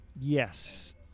Yes